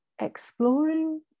exploring